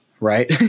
Right